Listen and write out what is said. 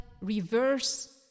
reverse